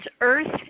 earth